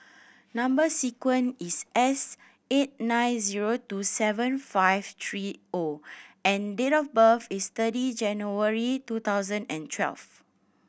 number sequence is S eight nine zero two seven five three O and date of birth is thirty January two thousand and twelve